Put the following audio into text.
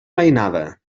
mainada